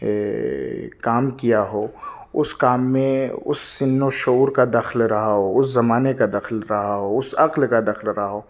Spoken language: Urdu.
کام کیا ہو اس كام ميں اس سِن و شعور كا دخل رہا ہو اس زمانے كا دخل ہو رہا ہو أس عقل كا دخل رہا ہو